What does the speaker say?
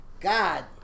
God